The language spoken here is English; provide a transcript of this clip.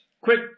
Quick